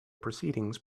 proceedings